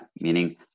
meaning